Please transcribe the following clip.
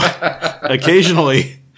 occasionally